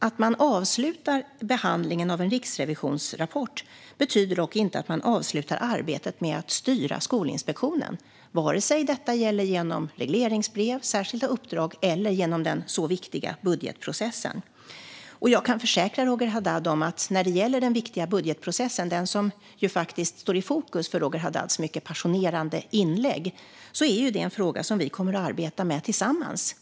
Att man avslutar behandlingen av en rapport från Riksrevisionen betyder dock inte att man avslutar arbetet med att styra Skolinspektionen, vare sig genom regleringsbrev, genom särskilda uppdrag eller genom den viktiga budgetprocessen. Jag kan försäkra Roger Haddad om att den viktiga budgetprocessen, som står i fokus för hans mycket passionerade inlägg, är en fråga som vi kommer att arbeta med tillsammans.